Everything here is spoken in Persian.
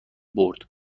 برد